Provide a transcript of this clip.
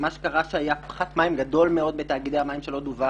מה שקרה זה שהיה פחת מים גדול מאוד בתאגידי המים שלא דווח,